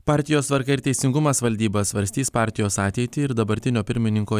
partijos tvarka ir teisingumas valdyba svarstys partijos ateitį ir dabartinio pirmininko